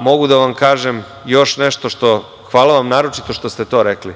Mogu da vam kažem još nešto, hvala vam naročito što ste to rekli,